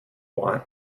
want